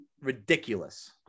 ridiculous